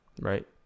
Right